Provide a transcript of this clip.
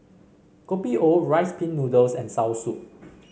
Kopi O Rice Pin Noodles and soursop